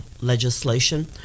legislation